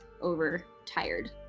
over-tired